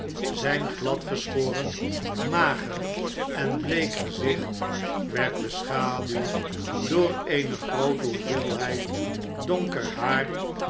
zijn gladgeschoren mager en bleek gezicht werd beschaduwd door eene groote hoeveelheid donker haar